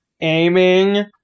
aiming